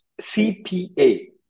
CPA